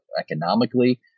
economically